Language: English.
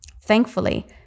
Thankfully